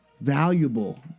valuable